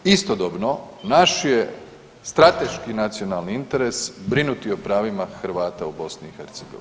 Istodobno naš je strateški nacionalni interes brinuti o pravima Hrvata u BiH.